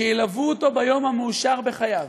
שילוו אותו ביום המאושר בחייו,